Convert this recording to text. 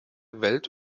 welt